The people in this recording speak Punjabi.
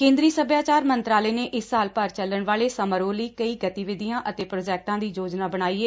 ਕੇ ਦਰੀ ਸਭਿਆਚਾਰ ਮੰਤਰਾਲੇ ਨੇ ਇਸ ਸਾਲ ਭਰ ਚੱਲਣ ਵਾਲੇ ਸਮਾਰੋਹ ਲਈ ਕਈ ਗਤੀਵਿਧੀਆਂ ਅਤੇ ਪ੍ਰਾਜੈਕਟਾਂ ਦੀ ਯੋਜਨਾ ਬਣਾਈ ਏ